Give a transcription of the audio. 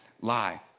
lie